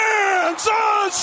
Kansas